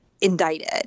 indicted